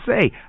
say